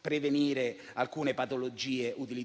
prevenire alcune patologie e dunque